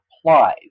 applies